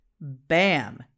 Bam